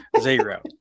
zero